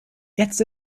jetzt